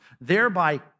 thereby